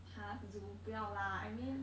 !huh! Zoom 不要啦 I mean